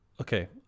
okay